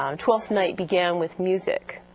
um twelfth night began with music.